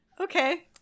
Okay